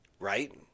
Right